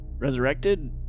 Resurrected